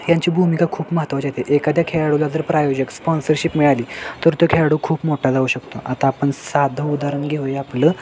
यांची भूमिका खूप महत्त्वाच्या येते एखाद्या खेळाडू जर प्रायोजक स्पॉन्सरशिप मिळाली तर तो खेळाडू खूप मोठा जाऊ शकतो आता आपण साधं उदाहरण घेऊ या आपलं